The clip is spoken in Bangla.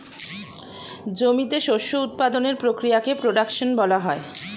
জমিতে শস্য উৎপাদনের প্রক্রিয়াকে প্রোডাকশন বলা হয়